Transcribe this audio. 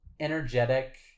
Energetic